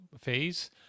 phase